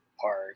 Park